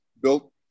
built